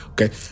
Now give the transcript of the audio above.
Okay